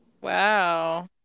Wow